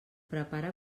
prepara